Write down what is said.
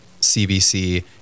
CBC